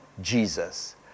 Jesus